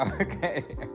okay